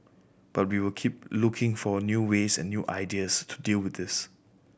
but we will keep looking for new ways and new ideas to deal with this